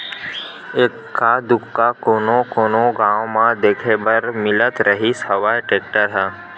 एक्का दूक्का कोनो कोनो गाँव म देखे बर मिलत रिहिस हवय टेक्टर ह